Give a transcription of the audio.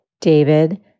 David